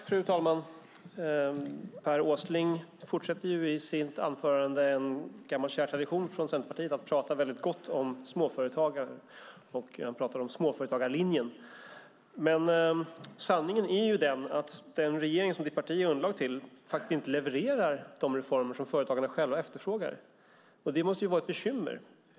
Fru talman! Per Åsling fortsätter i sitt anförande en gammal kär tradition i Centerpartiet, att tala gott om småföretagare. Han talar om småföretagarlinjen. Sanningen är att den regering som hans parti utgör underlag till inte levererar de reformer som företagarna efterfrågar. Det måste vara ett bekymmer.